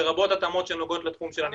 לרבות התאמות שנוגעות לתחום הנגישויות.